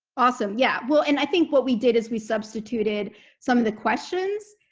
awesome. yeah. well and i think what we did is we substituted some of the questions,